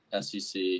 SEC